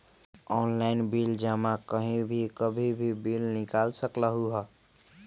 Online bill जमा कहीं भी कभी भी बिल निकाल सकलहु ह?